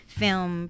film